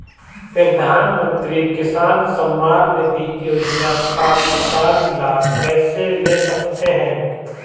प्रधानमंत्री किसान सम्मान निधि योजना का किसान लाभ कैसे ले सकते हैं?